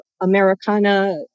americana